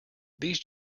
these